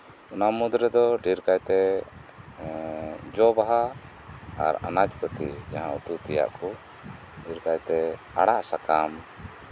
ᱚᱱᱟ ᱢᱩᱫᱨᱮᱫᱚ ᱰᱷᱮᱨᱠᱟᱭᱛᱮ ᱡᱚ ᱵᱟᱦᱟ ᱟᱨ ᱟᱱᱟᱡᱯᱟᱛᱤ ᱰᱷᱮᱨᱠᱟᱭᱛᱮ ᱟᱲᱟᱜ ᱥᱟᱠᱟᱢ